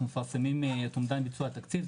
אנחנו מפרסמים את אומדן ביצוע התקציב.